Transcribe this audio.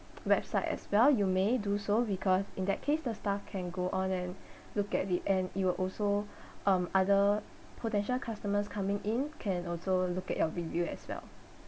website as well you may do so because in that case the staff can go on and look at it and it will also um other potential customers coming in can also look at your video as well